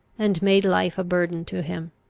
and made life a burden to him.